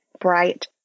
bright